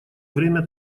время